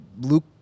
Luke